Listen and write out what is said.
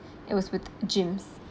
it was with gyms